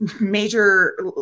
major